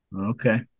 Okay